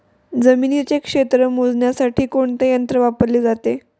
जमिनीचे क्षेत्र मोजण्यासाठी कोणते यंत्र वापरले जाते?